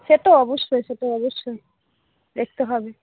সে তো অবশ্যই সে তো অবশ্যই দেখতে হবে